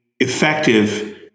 effective